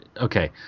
okay